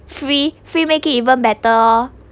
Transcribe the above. free free make it even better oh